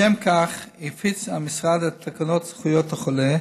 לשם כך הפיץ המשרד את תקנות זכויות החולה